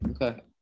Okay